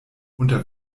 unter